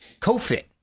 CoFit